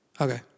Okay